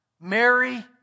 Mary